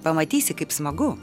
pamatysi kaip smagu